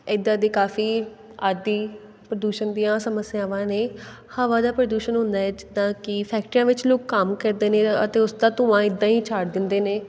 ਇੱਦਾਂ ਦੇ ਕਾਫ਼ੀ ਆਦਿ ਪ੍ਰਦੂਸ਼ਣ ਦੀਆਂ ਸਮੱਸਿਆਵਾਂ ਨੇ ਹਵਾ ਦਾ ਪ੍ਰਦੂਸ਼ਣ ਹੁੰਦਾ ਜਿੱਦਾਂ ਕਿ ਫੈਕਟਰੀਆਂ ਵਿੱਚ ਲੋਕ ਕੰਮ ਕਰਦੇ ਨੇ ਅਤੇ ਉਸ ਦਾ ਧੂੰਆਂ ਇੱਦਾਂ ਹੀ ਛੱਡ ਦਿੰਦੇ ਨੇ